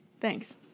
thanks